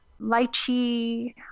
lychee